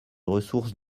ressources